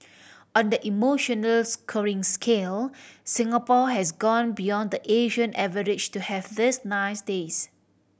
on the emotional scoring scale Singapore has gone beyond the Asian average to have these nice days